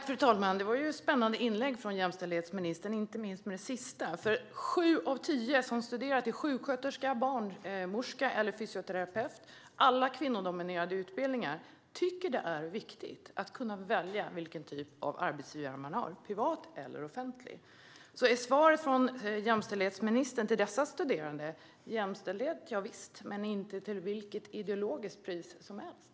Fru talman! Det var ett spännande inlägg från jämställdhetsministern, inte minst när det gäller det sista. Sju av tio som studerar till sjuksköterska, barnmorska eller fysioterapeut, alla kvinnodominerade utbildningar, tycker att det är viktigt att kunna välja vilken typ av arbetsgivare man har - privat eller offentlig. Jämställdhet javisst, men inte till vilket ideologiskt pris som helst - är det svaret från jämställdhetsministern till dessa studerande?